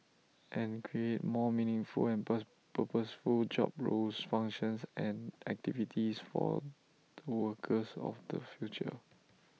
and create more meaningful and per purposeful job roles functions and activities for the workers of the future